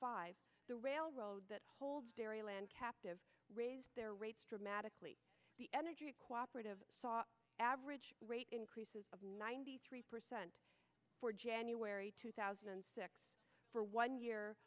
five the railroad that holds dairyland captive raise their rates dramatically the energy to cooperate of saw average rate increases of ninety three percent for january two thousand and six for one year